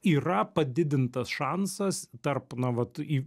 yra padidintas šansas tarp na vat į